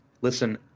listen